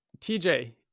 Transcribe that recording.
TJ